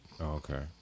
Okay